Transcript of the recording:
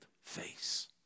face